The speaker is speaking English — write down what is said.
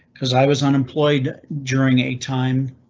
cause i was unemployed during a time.